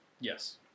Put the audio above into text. Yes